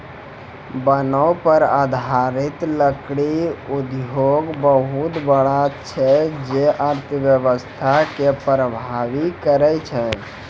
वनो पर आधारित लकड़ी उद्योग बहुत बड़ा छै जे अर्थव्यवस्था के प्रभावित करै छै